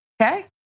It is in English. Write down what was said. okay